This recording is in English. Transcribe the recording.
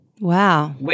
Wow